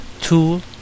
Two